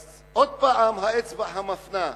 אז עוד פעם האצבע המפנה: